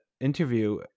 interview